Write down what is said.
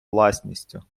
власністю